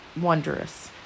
wondrous